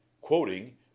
Quoting